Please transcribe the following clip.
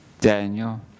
Daniel